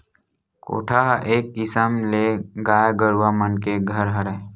कोठा ह एक किसम ले गाय गरुवा मन के घर हरय